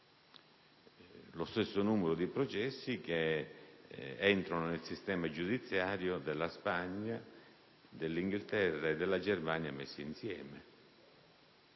Lo stesso numero di processi che entrano nel sistema giudiziario di Spagna, Inghilterra e Germania messe insieme.